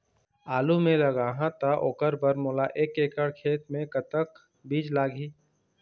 आलू मे लगाहा त ओकर बर मोला एक एकड़ खेत मे कतक बीज लाग ही?